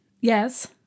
Yes